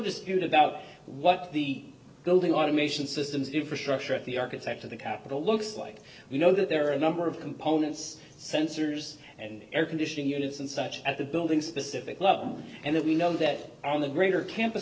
dispute about what the building automation systems infrastructure at the architect of the capitol looks like we know that there are a number of components sensors and air conditioning units and such at the building specific love and that we know that on the greater camp